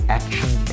action